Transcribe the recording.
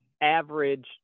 average